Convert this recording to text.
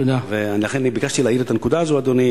לכן ביקשתי להאיר את הנקודה הזאת, אדוני.